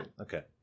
okay